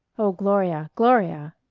oh, gloria, gloria!